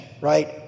Right